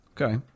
Okay